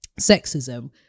sexism